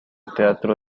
teatro